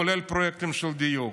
כולל פרויקטים של דיוק.